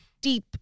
deep